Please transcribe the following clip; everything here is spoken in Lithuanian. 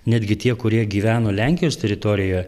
netgi tie kurie gyveno lenkijos teritorijoj